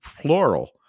plural